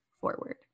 forward